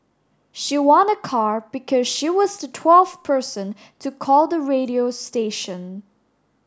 she won a car because she was the twelfth person to call the radio station